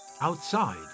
Outside